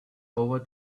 over